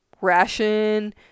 ration